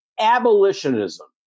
abolitionism